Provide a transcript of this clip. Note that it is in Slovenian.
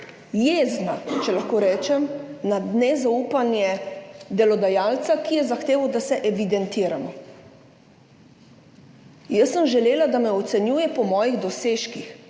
jezna, če lahko rečem, na nezaupanje delodajalca, ki je zahteval, da se evidentiramo. Jaz sem želela, da me ocenjuje po mojih dosežkih,